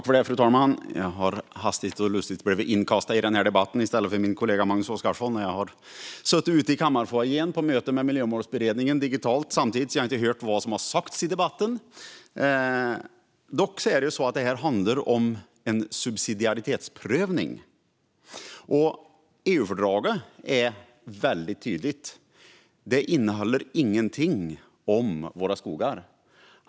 Fru talman! Jag har hastigt och lustigt blivit inkastad i debatten i stället för min kollega Magnus Oscarsson. Jag har dessutom suttit ute i kammarfoajén i ett digitalt möte med Miljömålsberedningen och har därför inte hört vad som har sagts i debatten. Det här handlar om en subsidiaritetsprövning. EU-fördraget är väldigt tydligt; det innehåller ingenting om våra skogar.